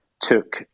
took